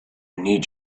need